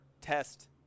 test